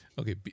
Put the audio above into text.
Okay